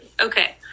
okay